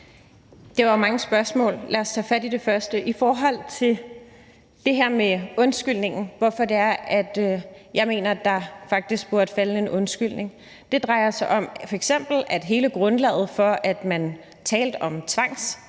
Det var mange spørgsmål. Lad os tage fat i det første, det her med undskyldningen, og hvorfor jeg mener, at der faktisk burde falde en undskyldning: Det drejer sig f.eks. om, at hele grundlaget for at tale om tvangstest og